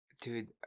Dude